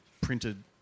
printed